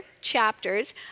chapters